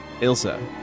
Ilsa